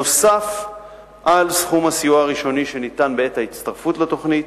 נוסף על סכום הסיוע הראשוני שניתן בעת ההצטרפות לתוכנית,